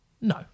no